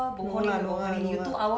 no lah no lah no lah